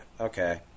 okay